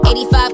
85